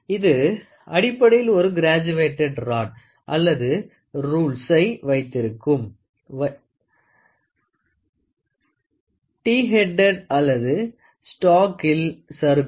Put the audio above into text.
இது அடிப்படையில் ஒரு கிராஜுவேட்டட் ராடை அல்லது ரூல்ஸ்சை வைத்திருக்கும் வைகள் டீ ஹெடெட் அல்லது ஸ்டோக்கிள் சறுக்கும்